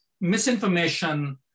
misinformation